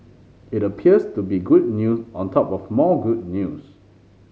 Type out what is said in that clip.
it appears to be good news on top of more good news